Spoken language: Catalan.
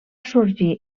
sorgir